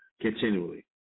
continually